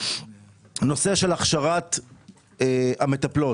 נושא של הכשרת המטפלות.